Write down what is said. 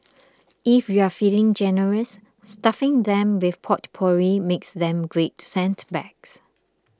if you're feeling generous stuffing them with potpourri makes them great scent bags